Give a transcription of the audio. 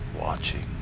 Watching